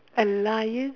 a lion